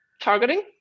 targeting